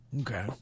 Okay